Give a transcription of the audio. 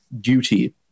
duty